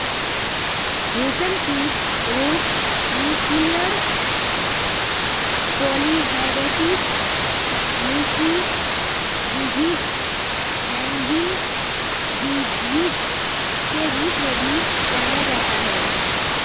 रेशमकीट रोग nuclear polyhedrosis, milky disease, hanging disease के रूप में भी जाना जाता है